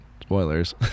Spoilers